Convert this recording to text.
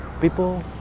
people